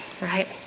right